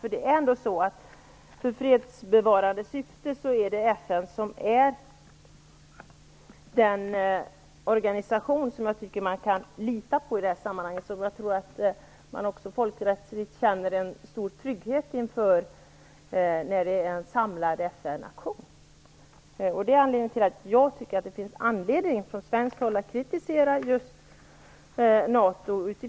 När det gäller fredsbevarande operationer är FN den organisation som man kan lita på, och man känner folkrättsligt stor trygghet inför en samlad FN-aktion. Detta är bakgrunden till att jag tycker att det finns anledning att från svenskt håll kritisera NATO.